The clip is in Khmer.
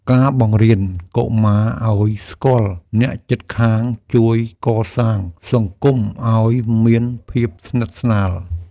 ការបង្រៀនកុមារឲ្យស្គាល់អ្នកជិតខាងជួយកសាងសង្គមឲ្យមានភាពស្និទ្ធស្នាល។